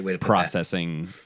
processing